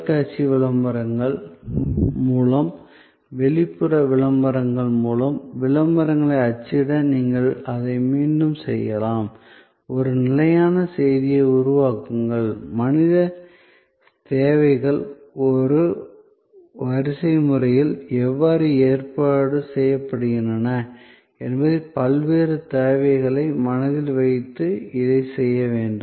தொலைக்காட்சி விளம்பரங்கள் மூலம் வெளிப்புற விளம்பரங்கள் மூலம் விளம்பரங்களை அச்சிட நீங்கள் அதை மீண்டும் செய்யலாம் ஒரு நிலையான செய்தியை உருவாக்குங்கள் மனித தேவைகள் ஒரு வரிசைமுறையில் எவ்வாறு ஏற்பாடு செய்யப்படுகின்றன என்பதை பல்வேறு தேவைகளை மனதில் வைத்து இதைச் செய்ய வேண்டும்